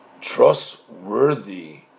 trustworthy